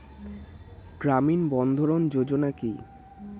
গ্রামীণ বন্ধরন যোজনা কি?